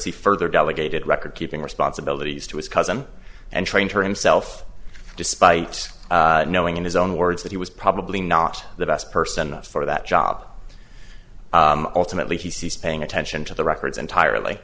he further delegated recordkeeping responsibilities to his cousin and trained her himself despite knowing in his own words that he was probably not the best person for that job ultimately he's paying attention to the records entirely